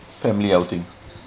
family outing